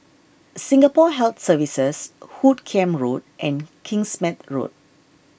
Singapore Health Services Hoot Kiam Road and Kingsmead Road